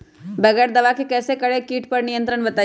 बगैर दवा के कैसे करें कीट पर नियंत्रण बताइए?